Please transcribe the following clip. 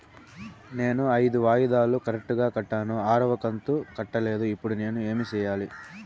నేను ఐదు వాయిదాలు కరెక్టు గా కట్టాను, ఆరవ కంతు కట్టలేదు, ఇప్పుడు నేను ఏమి సెయ్యాలి?